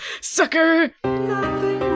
sucker